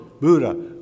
Buddha